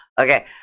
Okay